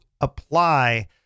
apply